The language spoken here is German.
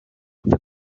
für